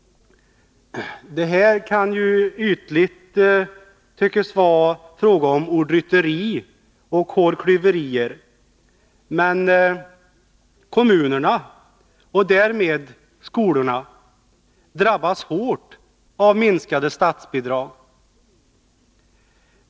Detta kan ytligt tyckas vara en fråga om ordrytteri och hårklyverier. Men kommunerna och därmed skolorna drabbas hårt av minskade statsbidrag.